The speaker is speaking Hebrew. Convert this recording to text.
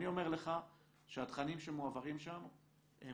אני אומר לך שהתכנים שמועברים שם הם